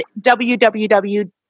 www